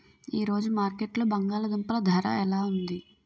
ఈ రోజు మార్కెట్లో బంగాళ దుంపలు ధర ఎలా ఉంది?